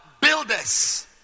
Builders